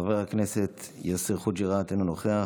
חברת הכנסת אימאן ח'טיב יאסין, אינה נוכחת,